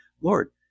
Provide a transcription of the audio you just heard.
Lord